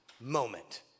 moment